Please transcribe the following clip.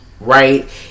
right